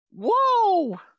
Whoa